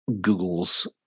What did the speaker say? google's